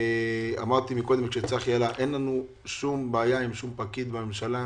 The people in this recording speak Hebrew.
אמרתי קודם כשצחי עלה שאין לנו שום בעיה עם שום פקיד בממשלה.